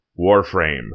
Warframe